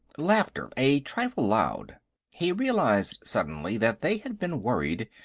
laughter, a trifle loud he realized, suddenly, that they had been worried,